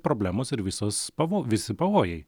problemos ir visos pavo visi pavojai